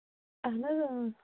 اَہن حظ اۭں